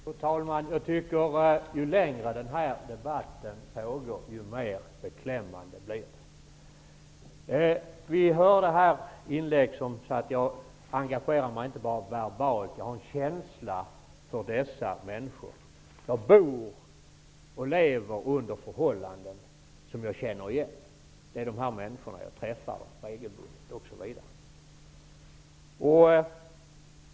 Fru talman! Jag tycker att ju längre den här debatten pågår, desto mer beklämmande blir den. Nu fick vi höra av Marianne Andersson att hon inte bara engagerar sig verbalt, utan hon har en känsla för dessa människor, de bor och lever under förhållanden som hon känner igen och hon träffar dessa människor regelbundet.